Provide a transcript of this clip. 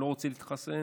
לא רוצה להתחסן.